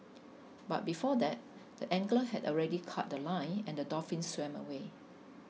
but before that the angler had already cut The Line and the dolphin swam away